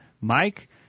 Mike